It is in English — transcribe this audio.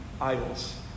idols